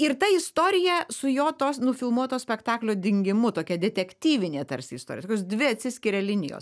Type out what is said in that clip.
ir ta istorija su jo tos nufilmuoto spektaklio dingimu tokia detektyvinė tarsi istorija tokios dvi atsiskiria linijos